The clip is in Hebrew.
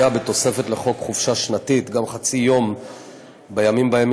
לפי התוספת לחוק חופשה שנתית גם חצי יום בימים שבהן